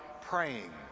praying